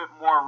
more